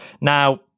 Now